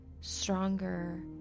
stronger